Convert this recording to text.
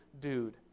dude